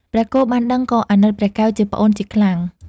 ព្រះគោបានដឹងក៏អាណិតព្រះកែវជាប្អូនជាខ្លាំង ។